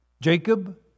Jacob